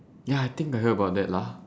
ya I think I heard about that lah